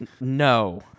No